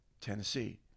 Tennessee